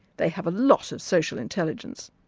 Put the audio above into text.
they have a lot of social intelligence.